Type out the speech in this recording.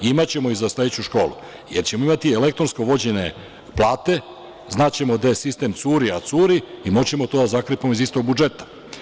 Imaćemo ih za sledeću školu, jer ćemo imati elektronsko vođenje plate, znaćemo gde sistem curi, a curi, i moći ćemo to da zakrpimo iz istog budžeta.